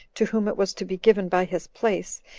to whom it was to be given by his place,